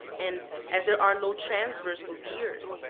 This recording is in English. and as there are no transverse barriers,